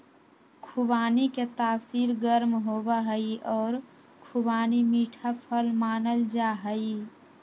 खुबानी के तासीर गर्म होबा हई और खुबानी मीठा फल मानल जाहई